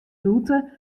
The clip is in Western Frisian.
rûte